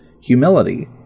humility